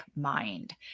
mind